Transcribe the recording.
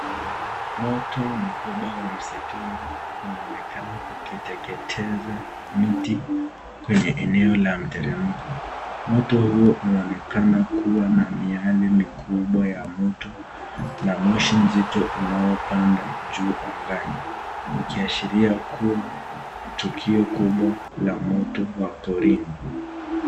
Moto mkubwa wa msituni unaonekana ukiteketeza miti kwenye eneo la mteremko, moto huo unaonekana kuwa na miale mikubwa ya moto na moshi nzito unaopanda juu angani ukiashiria kuwa tukio kubwa la moto wa porini.